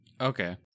Okay